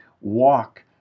walk